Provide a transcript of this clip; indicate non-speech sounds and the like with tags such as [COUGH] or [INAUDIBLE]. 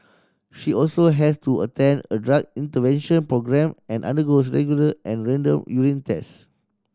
she also has to attend a drug intervention programme and undergo [UNINTELLIGIBLE] regular and random urine test